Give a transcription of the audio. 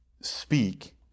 speak